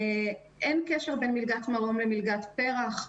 אין קשר בין מלגת מרום למלגת פר"ח,